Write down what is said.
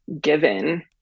given